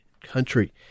country